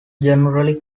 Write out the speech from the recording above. generally